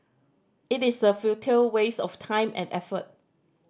it is a futile waste of time and effort